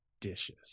dishes